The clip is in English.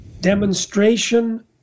demonstration